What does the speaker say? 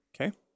Okay